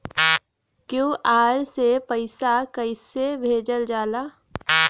QR से पैसा कैसे भेजल जाला?